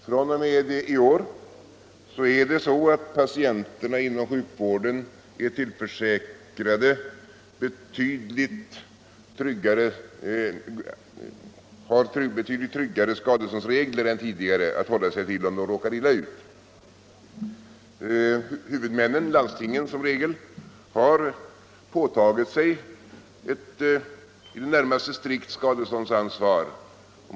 fr.o.m. i år har patienterna inom sjukvården betydligt tryggare skadeståndsregler än tidigare att lita till om de råkar illa ut. Huvudmännen — landstingen som regel — har påtagit sig ett i det närmaste strikt skadeståndsansvar.